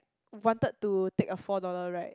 wanted to take a four dollar ride